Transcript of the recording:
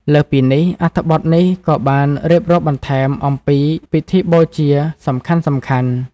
លើសពីនេះ អត្ថបទនេះក៏បានរៀបរាប់បន្ថែមអំពី ពិធីបូជាសំខាន់ៗ។